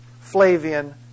Flavian